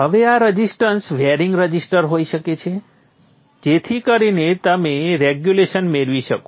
હવે આ resistor varying resistor હોઈ શકે છે જેથી કરીને તમે રેગુલેશન મેળવી શકો